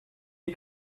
you